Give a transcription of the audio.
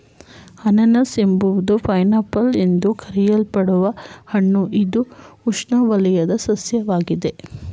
ಅನನಾಸು ಎಂಬುದು pineapple ಎಂದು ಕರೆಯಲ್ಪಡುವ ಹಣ್ಣು ಇದು ಉಷ್ಣವಲಯದ ಸಸ್ಯವಾಗಿದೆ